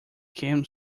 kim